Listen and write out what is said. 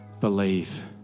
believe